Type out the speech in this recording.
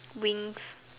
wings